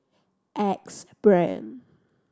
Axe Brand